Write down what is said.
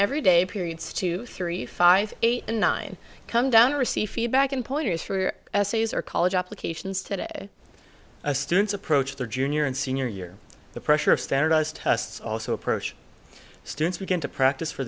every day periods two three five eight and nine come down receive feedback and pointers for essays or college applications today students approach their junior and senior year the pressure of standardized tests also approach students begin to practice for